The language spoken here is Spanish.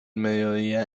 mediodía